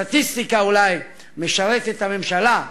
הסטטיסטיקה אולי משרתת את הממשלה.